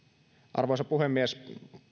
arvoisa puhemies